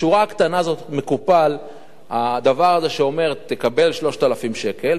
בשורה הקטנה הזאת מקופל הדבר הזה שאומר: תקבל 3,000 שקל,